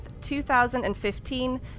2015